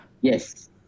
Yes